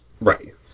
right